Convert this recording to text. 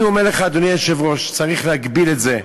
אני אומר לך, אדוני היושב-ראש, צריך להגביל את זה.